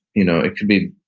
you know it could be,